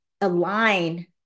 align